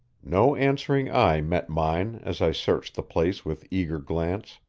no answering eye met mine as i searched the place with eager glance.